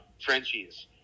Frenchies